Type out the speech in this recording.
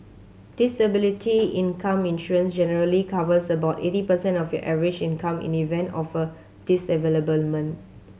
disability income insurance generally covers about eighty percent of your average income in the event of a disablement